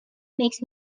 makes